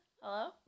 Hello